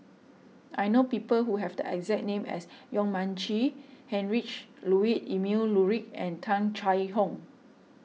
I know people who have the exact name as Yong Mun Chee Heinrich Ludwig Emil Luering and Tung Chye Hong